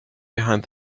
behind